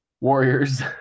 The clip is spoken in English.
Warriors